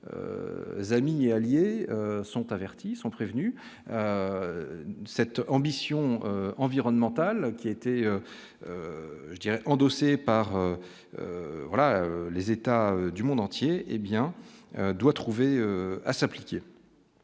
amis et alliés sont avertis sont prévenus : cette ambition environnementale qui a été je dirais endossée par voilà les États du monde entier, hé bien doit trouver à s'appliquer.